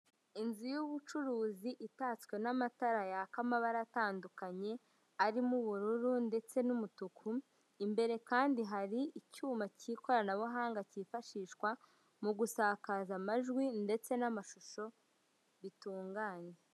Inzu y'ubucuruzi itaswe n'amatara yaka amabara atandukanye, arimo: ubururu ndetse n'umutuku; imbere kandi hari icyuma k'ikoranabuhanga kifashishwa mu gusakaza amajwi ndetse n'amashusho bitunganye.